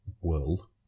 world